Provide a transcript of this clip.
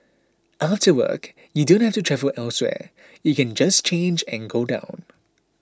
after work you don't have to travel elsewhere you can just change and go down